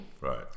Right